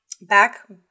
Back